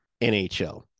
nhl